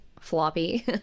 floppy